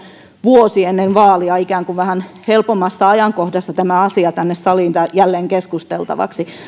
vuosi ennen vaaleja ikään kuin vähän helpompana ajankohtana tämä asia tänne saliin jälleen keskusteltavaksi